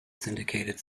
syndicated